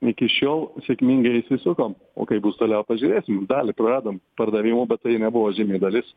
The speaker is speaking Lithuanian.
iki šiol sėkmingai išsisukom o kaip bus toliau pažiūrėsim dalį praradom pardavimų bet tai nebuvo žymi dalis